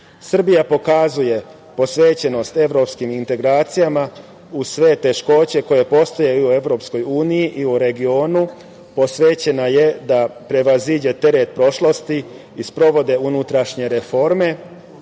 EU.Srbija pokazuje posvećenost evropskim integracijama u sve teškoće koje postoje i u EU i regionu, posvećena je da prevaziđe teret prošlosti i sprovodi unutrašnje reforme,